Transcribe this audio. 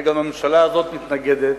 וגם הממשלה הזאת מתנגדת,